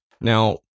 Now